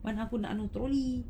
mana aku nak ambil trolley